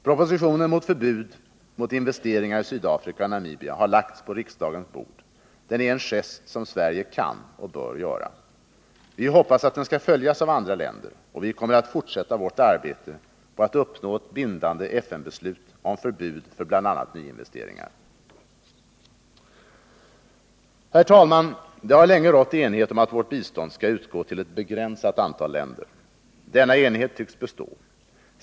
Propositionen om förbud mot investeringar i Sydafrika och Namibia som lagts på riksdagens bord är en gest som Sverige kan och bör göra. Vi hoppas att den skall följas av andra länder, och vi kommer att fortsätta vårt arbete på att uppnå ett bindande FN-beslut om förbud mot bl.a. nyinvesteringar. Herr talman! Det har länge rått enighet om att vårt bistånd skall utgå till ett begränsat antal länder. Denna enighet tycks bestå.